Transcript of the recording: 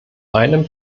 einem